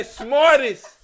smartest